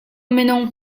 minung